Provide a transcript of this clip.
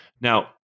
Now